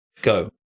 go